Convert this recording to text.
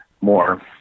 more